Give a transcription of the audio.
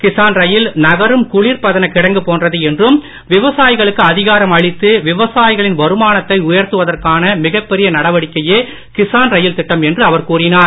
கிசான்ரயில்நகரும்குளிர்பதனகிடங்குபோன்றதுஎன்றும் விவசாயிகளுக்குஅதிகாரம்அளித்துவிவசாயிகளின்வருமானத்தைஉயர்த்து வதற்கானமிகப்பெரியநடவடிக்கையேகிசான்ரயில்திட்டம்என்றுஅவர்கூறி னார்